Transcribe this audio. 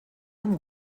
amb